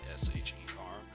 s-h-e-r